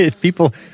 people